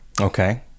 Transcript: okay